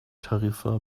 tarifa